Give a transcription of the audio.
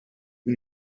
bin